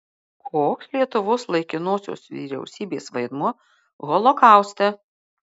koks lietuvos laikinosios vyriausybės vaidmuo holokauste